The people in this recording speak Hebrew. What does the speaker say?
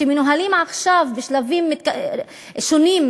שמנוהלים עכשיו, בשלבים שונים,